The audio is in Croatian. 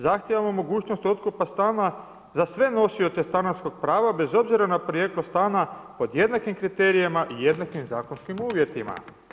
Zahtijeva mogućnost otkupa stana za sve nosioce stanarskog prava bez obzira na porijeklo stana pod jednakim kriterijima i jednakim zakonskim uvjetima.